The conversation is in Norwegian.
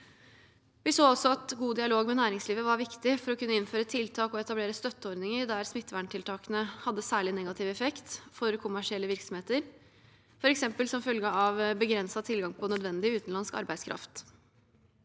Vi så også at god dialog med næringslivet var viktig for å kunne innføre tiltak og etablere støtteordninger der smitteverntiltakene hadde særlig negativ effekt for kommersielle virksomheter, f.eks. som følge av begrenset tilgang på nødvendig utenlandsk arbeidskraft.